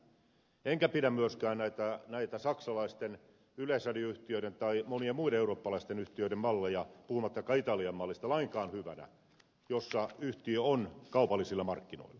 enkä pidä myöskään näitä saksalaisten yleisradioyhtiöiden tai monien muiden eurooppalaisten yhtiöiden malleja puhumattakaan italian mallista lainkaan hyvinä joissa yhtiö on kaupallisilla markkinoilla